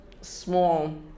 small